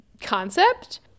concept